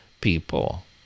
people